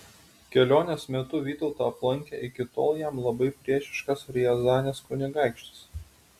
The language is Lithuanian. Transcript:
kelionės metu vytautą aplankė iki tol jam labai priešiškas riazanės kunigaikštis